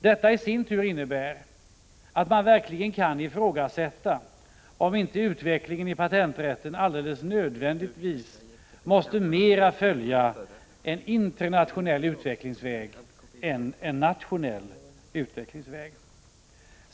Detta i sin tur innebär att det verkligen kan ifrågasättas om inte utvecklingen inom patenträtten nödvändigtvis skall mera följa en internationell utvecklingsväg än en nationell utvecklingsväg.